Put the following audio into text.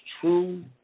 true